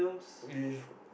with